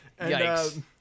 Yikes